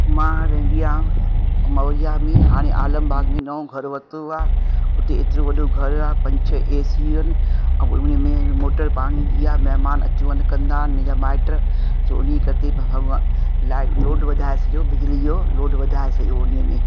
मां रहंदी आहियां मवैया में हाणे आलमबाग में नओ घरु वरितो आहे उते एतिरो वॾो घरु आहे पंज छह एसी आहिनि ऐं उन में मोटर पाणीअ जी आहे महिमान अचवञु कंदा आहिनि मुंहिंजा माइट सो उनी खे तेज हवा लाइ लोड वधाए सॼो बिजिलीअ जो लोड वधाए सॼो उन में